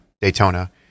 Daytona